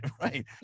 right